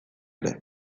ere